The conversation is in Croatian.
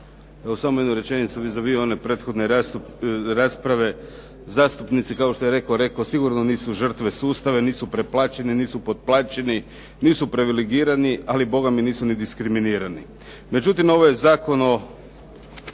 Evo, samo jednu rečenicu vis a vis one prethodne rasprave. Zastupnici kao što je netko rekao sigurno nisu žrtve sustava, nisu preplaćeni, nisu potplaćeni, nisu privilegirani ali nisu ni diskriminirani. Međutim, ovo je Zakon o